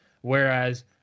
whereas